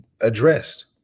addressed